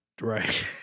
Right